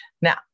Now